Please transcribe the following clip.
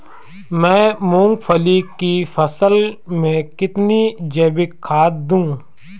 मैं मूंगफली की फसल में कितनी जैविक खाद दूं?